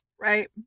right